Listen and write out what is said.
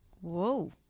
Whoa